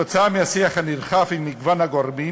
כתוצאה מהשיח הנרחב עם מגוון הגורמים